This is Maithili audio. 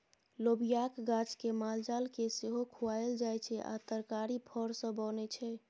लोबियाक गाछ केँ मालजाल केँ सेहो खुआएल जाइ छै आ तरकारी फर सँ बनै छै